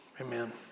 Amen